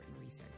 research